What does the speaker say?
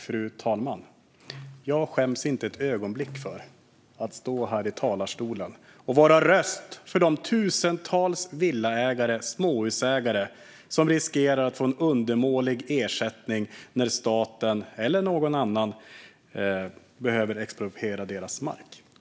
Fru talman! Jag skäms inte ett ögonblick för att stå här i talarstolen och vara en röst för de tusentals villaägare, småhusägare, som riskerar att få en undermålig ersättning när staten, eller någon annan, behöver expropriera deras mark.